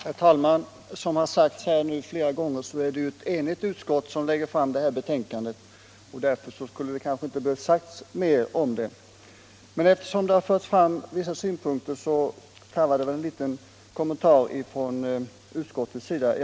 Herr talman! Som det har sagts här nu flera gånger, är det ett enigt utskott som lägger fram betänkandet. Därför skulle det kanske inte behöva sägas mera om det, men eftersom tidigare talare har fört fram vissa synpunkter tarvas det väl en liten kommentar från utskottets sida.